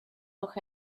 noch